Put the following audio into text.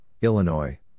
Illinois